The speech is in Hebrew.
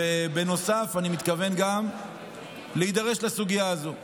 בנוסף, אני מתכוון גם להידרש לסוגיה הזו.